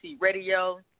Radio